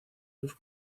sus